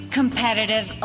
competitive